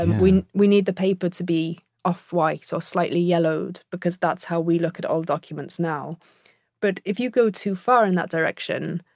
and we we need the paper to be off-white or slightly yellowed, because that's how we look at old documents now but if you go too far in that direction,